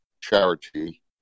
charity